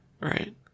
right